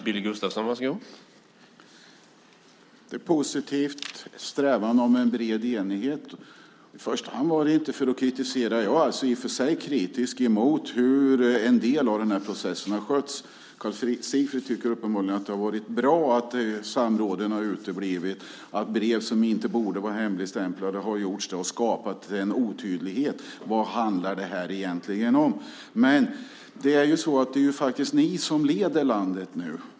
Herr talman! Det är positivt med en strävan efter bred enighet. Jag var inte i första hand ute efter att kritisera, även om jag i och för sig är kritisk mot hur en del av processen har skötts. Karl Sigfrid tycker uppenbarligen att det har varit bra att samråden har uteblivit, att brev som inte borde ha hemligstämplats har blivit hemligstämplade och att det har skapats en otydlighet om vad detta egentligen handlar om. Men nu är det faktiskt ni som leder landet.